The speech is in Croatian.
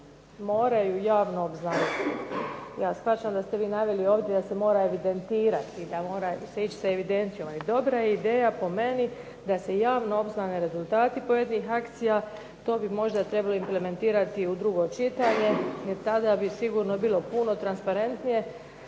moraju javno obznaniti. Ja shvaćam da ste vi naveli ovdje da se mora evidentirati, da mora se ići sa evidencijom. Ali dobra je ideja, po meni, da se javno obznane rezultati pojedinih akcija. To bi možda trebali implementirati u drugo čitanje jer tada bi sigurno bilo puno transparentnije